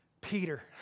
Peter